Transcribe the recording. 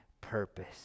purpose